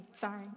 sorry